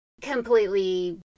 completely